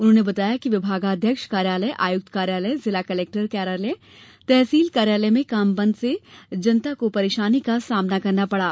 उन्होंने बताया कि विभागाध्यक्ष कार्यालय आयुक्त कार्यालय जिला कलेक्टर कार्यालय तहसील कार्यालय में काम बंद होने से जनता को खाशी परेशानी का सामना करना पड़ा